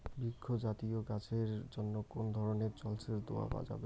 বৃক্ষ জাতীয় গাছের জন্য কোন ধরণের জল সেচ দেওয়া যাবে?